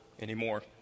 anymore